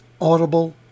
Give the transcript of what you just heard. Audible